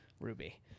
Ruby